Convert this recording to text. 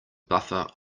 buffer